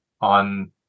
on